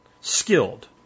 skilled